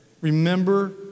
Remember